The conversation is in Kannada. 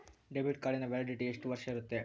ಡೆಬಿಟ್ ಕಾರ್ಡಿನ ವ್ಯಾಲಿಡಿಟಿ ಎಷ್ಟು ವರ್ಷ ಇರುತ್ತೆ?